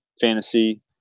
fantasy